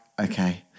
okay